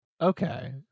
Okay